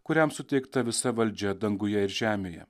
kuriam suteikta visa valdžia danguje ir žemėje